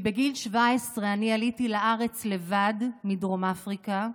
בגיל 17 עליתי לארץ לבד מדרום אפריקה,